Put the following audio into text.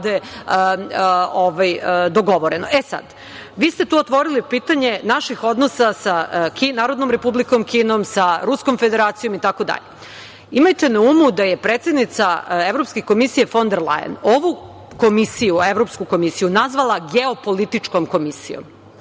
ste tu otvorili pitanje naših odnosa sa Narodnom Republikom Kinom, sa Ruskom Federacijom itd. Imajte na umu da je predsednica Evropske komisije fon der Lajen Evropsku komisiju nazvala geopolitičkom komisijom.